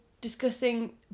discussing